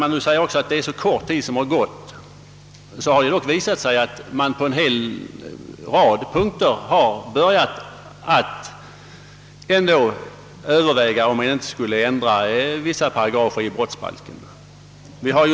Man säger också att det är så kort tid som gått sedan brottsbalken trädde i kraft. Det har dock visat sig att man på en hel rad punkter börjat överväga att ändra vissa paragrafer i brottsbalken.